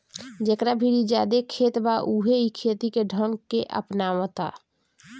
जेकरा भीरी ज्यादे खेत बा उहे इ खेती के ढंग के अपनावता